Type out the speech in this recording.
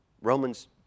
Romans